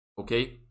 okay